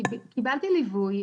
זה הליווי